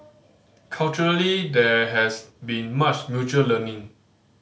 culturally there has been much mutual learning